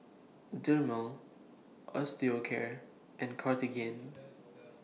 Dermale Osteocare and Cartigain